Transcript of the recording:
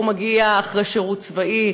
הוא מגיע אחרי שירות צבאי,